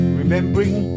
remembering